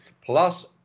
plus